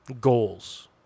goals